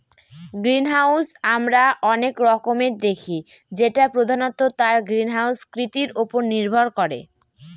greenhouse আমরা অনেক রকমের দেখি যেটা প্রধানত তার গ্রিনহাউস কৃতির উপরে নির্ভর করে